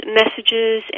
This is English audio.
messages